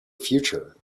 future